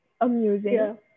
amusing